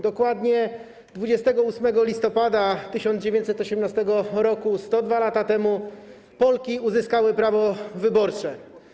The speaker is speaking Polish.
Dokładnie 28 listopada 1918 r., 102 lata temu, Polki uzyskały prawa wyborcze.